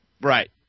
Right